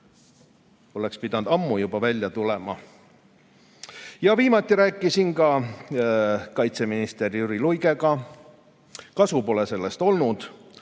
oleks pidanud juba ammu välja tulema. Viimati rääkisin kaitseminister Jüri Luigega, kasu pole sellest olnud.